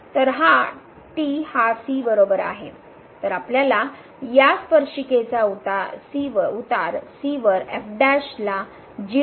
तर t हा c बरोबर आहे तर आपल्याला या स्पर्शिकेचा उतार c वरला ने भागले जाईल